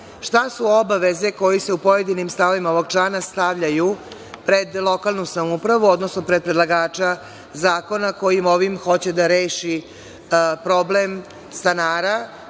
Šta su obaveze koje se u pojedinim stavovima ovog člana stavljaju pred lokalnu samoupravu, odnosno pred predlagača zakona koji ovim hoće da reši problem stanara